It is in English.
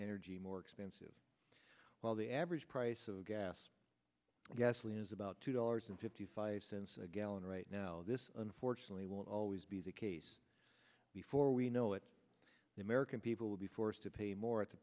energy more expensive while the average price of gas gasoline is about two dollars and fifty five cents a gallon right now this unfortunately will always be the case before we know it the american people will be forced to pay more at the